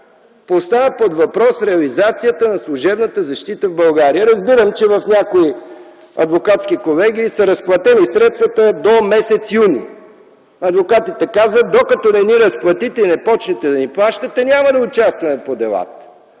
поставя под въпрос реализацията на служебната защита в България. Разбирам, че в някои адвокатски колегии са разплатени средствата до м. юни. Адвокатите казват: докато не ни разплатите и не започнете да ни плащате, няма да участваме по делата.